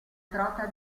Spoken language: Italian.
trota